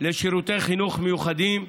לשירותי חינוך מיוחדים,